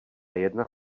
jedna